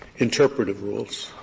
interpretative rules?